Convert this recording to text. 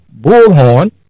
Bullhorn